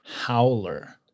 Howler